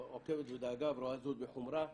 עוקבת בדאגה ורואה זאת בחומרה.